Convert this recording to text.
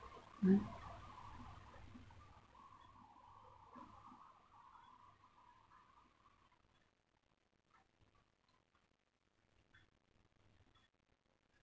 mm